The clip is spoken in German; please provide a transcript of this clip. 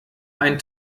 ein